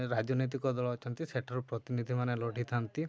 ରାଜନୈତିକ ଦଳ ଅଛନ୍ତି ସେଠାରୁ ପ୍ରତିନିଧିମାନେ ଲଢ଼ିଥାନ୍ତି